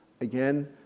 Again